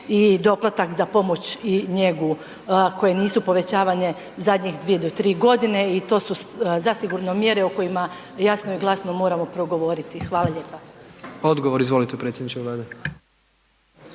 i doplatak za pomoć i njegu koje nisu povećavanje zadnjih 2 do 3.g. i to su zasigurno mjere o kojima jasno i glasno moramo progovoriti. Hvala lijepa. **Jandroković, Gordan (HDZ)**